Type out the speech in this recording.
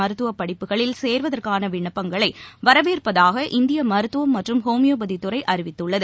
மருத்துவப் படிப்புகளில் சேர்வதற்கானவிண்ப்பங்களைவரவேற்பதாக இந்தியமருத்தவம் மற்றும் ஹோமியோபதிதுறைஅறிவித்துள்ளது